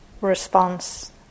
response